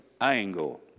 angle